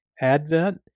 Advent